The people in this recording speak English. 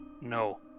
No